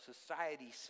society